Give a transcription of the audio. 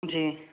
جی